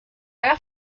haga